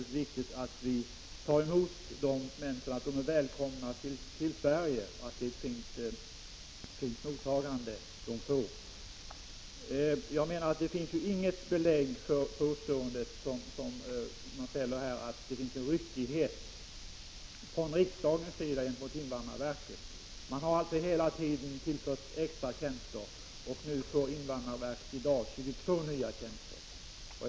Det är viktigt att vi ger dessa människor ett fint. = Jyjgao omg mottagande och att de känner sig välkomna till Sverige. Jag menar att det inte finns något belägg för påståendet om en ryckighet i riksdagens åtgärder vad avser invandrarverket. Man har fortlöpande inrättat nya tjänster, och invandrarverket får i dag 22 nya tjänster.